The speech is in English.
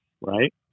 right